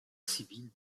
civile